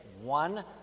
one